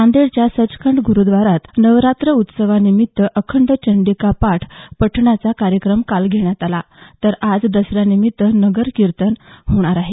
नांदेडच्या सचखंड ग्रुद्वाऱ्यात नवरात्रोत्सवानिमित्त अखंड चंडीका पाठ पठणाचा कार्यक्रम काल घेण्यात आला तर आज दसऱ्यानिमित्त नगर कीर्तन होणार आहे